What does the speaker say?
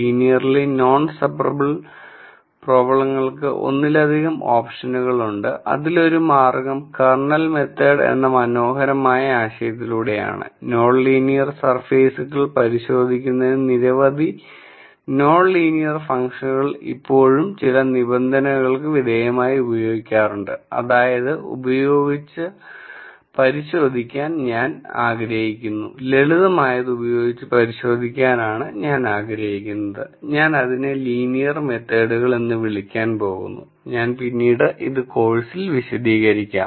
linearly non separable പ്രോബ്ലങ്ങൾക്ക് ഒന്നിലധികം ഓപ്ഷനുകൾ ഉണ്ട് അതിൽ ഒരു മാർഗം കേർണൽ മെത്തേഡ് എന്ന മനോഹരമായ ആശയത്തിലൂടെയാണ് നോൺലീനിർ സർഫേസുകൾ പരിശോധിക്കുന്നതിന്നു നിരവധി നോൺലീനിയർ ഫങ്ക്ഷനുകൾ ഇപ്പോഴും ചില നിബന്ധനകൾക്ക് വിധേയമായി ഉപയോഗിക്കാറുണ്ട് ലളിതമായത് ഉപയോഗിച്ച് പരിശോധിക്കാൻ ഞാൻ ആഗ്രഹിക്കുന്നു ഞാൻ അതിനെ ലീനിയർ മെത്തേഡുകൾ എന്ന് വിളിക്കാൻ പോകുന്നു ഞാൻ പിന്നീട് ഇത് കോഴ്സിൽ വിശദീകരിക്കാം